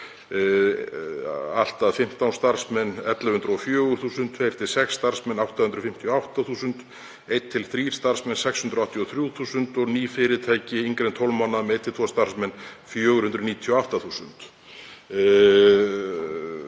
allt að 15 starfsmenn 1.104.000 kr., 2–6 starfsmenn 858.000, 1–3 starfsmenn 683.000 og ný fyrirtæki yngri en 12 mánaða með 1–2 starfsmenn 498.000.